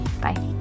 Bye